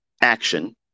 action